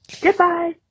Goodbye